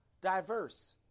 diverse